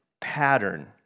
pattern